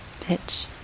bitch